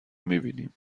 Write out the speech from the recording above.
میبینم